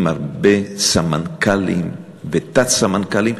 עם הרבה סמנכ"לים ותת-סמנכ"לים.